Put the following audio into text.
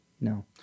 No